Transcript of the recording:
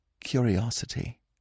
curiosity